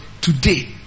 today